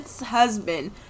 husband